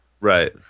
Right